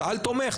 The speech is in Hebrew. צה"ל תומך,